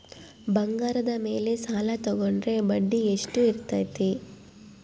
ಬಂಗಾರದ ಮೇಲೆ ಸಾಲ ತೋಗೊಂಡ್ರೆ ಬಡ್ಡಿ ಎಷ್ಟು ಇರ್ತೈತೆ?